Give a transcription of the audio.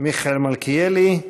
מיכאל מלכיאלי,